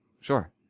Sure